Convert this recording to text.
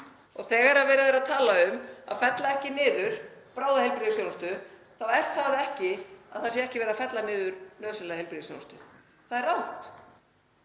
Þegar verið er að tala um að fella ekki niður bráðaheilbrigðisþjónustu þá er það ekki að það sé ekki verið að fella niður nauðsynlega heilbrigðisþjónustu. Það er rangt.